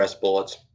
bullets